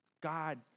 God